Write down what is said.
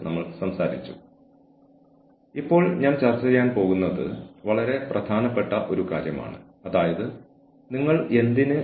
അതിനാൽ ഈ പ്രഭാഷണത്തിൽ ഞങ്ങൾ ഉൾപ്പെടുത്തുന്ന ചില വിഷയങ്ങൾ ഒന്ന് മയക്കുമരുന്ന് ഉപയോഗിക്കുന്നതായി കണ്ടെത്തിയ ജീവനക്കാരാണ്